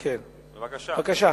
בבקשה.